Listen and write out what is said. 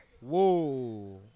Whoa